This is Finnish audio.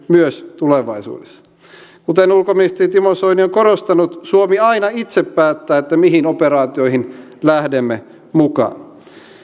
myös tulevaisuudessa kuten ulkoministeri timo soini on on korostanut suomi aina itse päättää mihin operaatioihin lähdemme mukaan